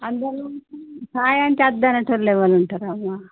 అందరు చాయ్ అంటే అద్దఉంటున్న వాళ్ళు ఇవ్వనంటారమ్మా